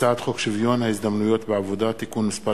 הצעת חוק שוויון ההזדמנויות בעבודה (תיקון מס'